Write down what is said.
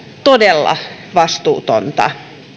todella vastuutonta